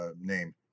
name